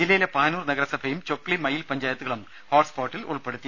ജില്ലയിലെ പാനൂർ നഗരസഭയും ചൊക്സി മയ്യിൽ പഞ്ചായത്തുകളും ഹോട്ട് സ്പോട്ടിൽ ഉൾപ്പെടുത്തി